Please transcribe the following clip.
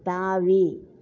தாவி